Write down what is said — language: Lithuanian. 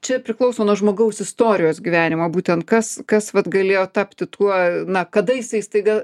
čia priklauso nuo žmogaus istorijos gyvenimo būtent kas kas vat galėjo tapti tuo na kada jisai staiga